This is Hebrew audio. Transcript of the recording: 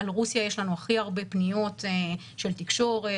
על רוסיה יש לנו הכי הרבה פניות של תקשורת,